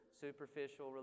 superficial